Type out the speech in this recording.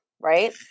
right